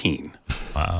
Wow